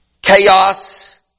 Chaos